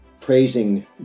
praising